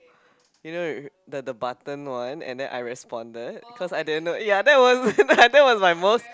you know the the button one and then I responded cause I didn't know ya that was that was like most